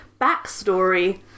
backstory